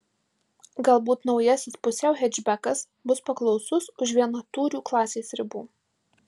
galbūt naujasis pusiau hečbekas bus paklausus už vienatūrių klasės ribų